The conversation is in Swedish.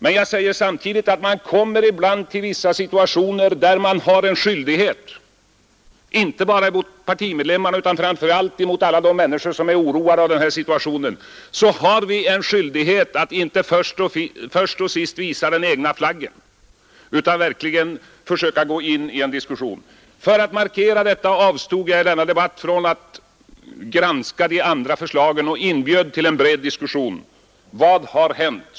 Men jag säger samtidigt att man ibland kommer till vissa situationer, där man har en skyldighet inte bara mot partimedlemmarna utan framför allt mot alla de människor som är oroade av denna situation att inte först och sist visa den egna flaggen utan verkligen försöka gå in i en diskussion. För att markera det avstod jag i denna debatt från att granska de andra förslagen och inbjöd till bred diskussion. Vad har hänt?